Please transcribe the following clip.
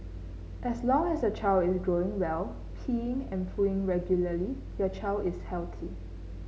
as long as your child is growing well peeing and pooing regularly your child is healthy